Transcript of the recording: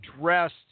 dressed